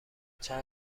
چند